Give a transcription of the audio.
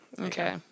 okay